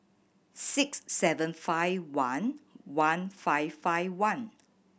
six seven five one one five five one